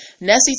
Nessie